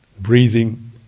breathing